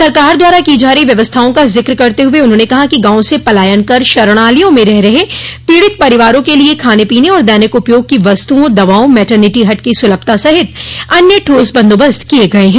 सरकार द्वारा की जा रही व्यवस्थाओं का जिक्र करते हुए उन्होंने कहा कि गांवों से पलायन कर शरणालयों में रह रहे पीड़ित परिवारों के लिए खाने पीने और दैनिक उपयोग की वस्तुओं दवाओं मैटरनिटी हट की सुलभता सहित अन्य ठोस बंदोबस्त किये गये हैं